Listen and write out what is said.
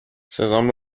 صدام